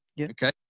okay